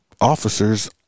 officers